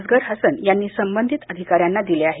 असगर हसन यांनी संबंधित अधिकाऱ्यांना दिले आहेत